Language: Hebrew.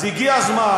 אז הגיע הזמן